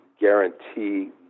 guarantee